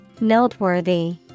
Noteworthy